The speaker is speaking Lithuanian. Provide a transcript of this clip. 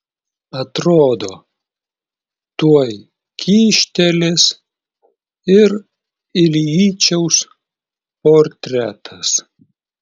atrodo tuoj kyštelės ir iljičiaus portretas